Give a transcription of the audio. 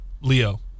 Leo